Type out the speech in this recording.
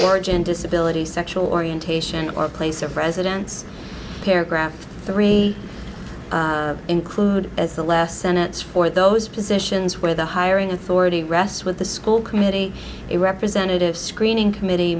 origin disability sexual orientation or place of residence paragraph three include as the left senates for those positions where the hiring authority rests with the school committee a representative screening committee